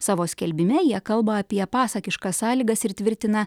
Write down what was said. savo skelbime jie kalba apie pasakiškas sąlygas ir tvirtina